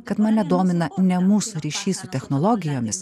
kad mane domina ne mūsų ryšys su technologijomis